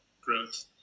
growth